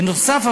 בנוסף,